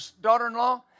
daughter-in-law